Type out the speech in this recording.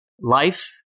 life